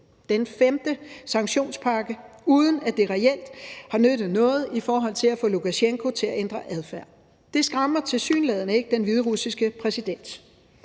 den femte – sanktionspakke, man laver, uden at det reelt har nyttet noget i forhold til at få Lukasjenko til at ændre adfærd. Det skræmmer tilsyneladende ikke den hviderussiske præsident.